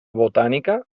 botànica